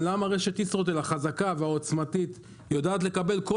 למה רשת ישרוטל החזקה והעוצמתית יודעת לקבל כל